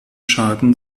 schaden